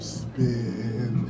spin